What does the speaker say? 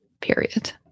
period